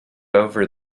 over